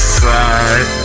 side